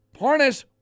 Parnas